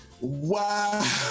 Wow